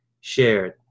shared